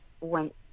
went